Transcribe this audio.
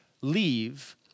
leave